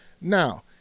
Now